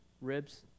Ribs